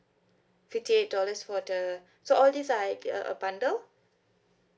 fifty eight dollars for the so all these are uh a a bundle